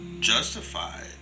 justified